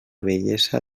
bellesa